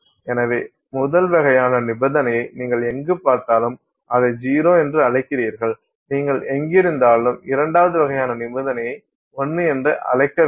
எனவே முதல் வகையான நிபந்தனையை நீங்கள் எங்கு பார்த்தாலும் அதை 0 என்று அழைக்கிறீர்கள் நீங்கள் எங்கிருந்தாலும் இரண்டாவது வகையான நிபந்தனையை 1 என அழைக்க வேண்டும்